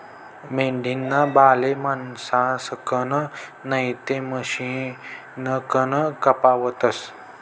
मेंढीना बाले माणसंसकन नैते मशिनकन कापावतस